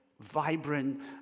vibrant